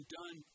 done